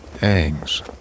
hangs